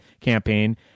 campaign